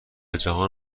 جهان